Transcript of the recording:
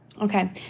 Okay